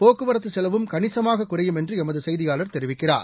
போக்குவரத்துச் செலவும் கணிசமாககுறையும் என்றுளமதுசெய்தியாளர் தெரிவிக்கிறார்